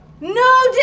No